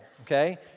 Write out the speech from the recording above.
okay